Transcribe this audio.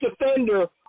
defender